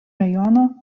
rajono